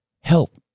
help